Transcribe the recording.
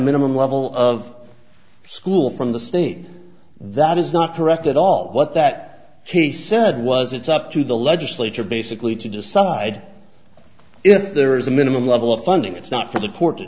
minimum level of school from the state that is not correct at all what that he said was it's up to the legislature basically to decide if there is a minimum level of funding it's not for the court to